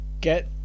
get